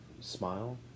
smile